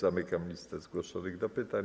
Zamykam listę zgłoszonych do pytań.